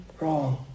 wrong